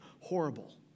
horrible